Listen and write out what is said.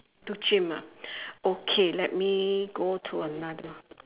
too chim ah okay let me go to another